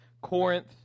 Corinth